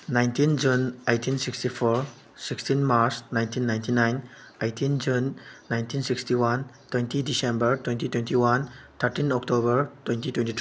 nineteen June eighteen sixty four sixteen March nineteen ninety nine eighteen June nineteen sixty one twenty December twenty twenty one thirteen October twenty twenty three